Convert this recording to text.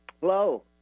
hello